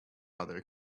other